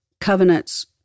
covenant's